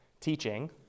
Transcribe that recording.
teaching